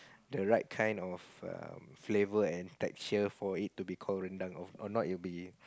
the right kind of um flavor and texture for it to be called rendang of or not it will be